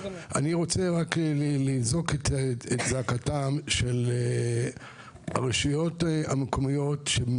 אני רק רוצה לזעוק את זעקתן של הרשויות המקומיות שהן